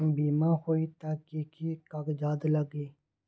बिमा होई त कि की कागज़ात लगी?